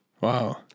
Wow